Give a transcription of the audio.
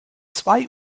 zwei